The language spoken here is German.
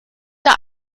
der